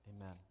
Amen